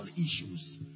issues